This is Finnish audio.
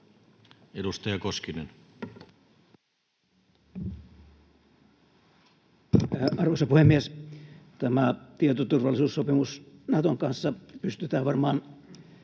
Edustaja Koskinen. Arvoisa puhemies! Tämä tietoturvallisuussopimus Naton kanssa pystytään varmaan